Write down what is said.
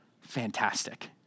Fantastic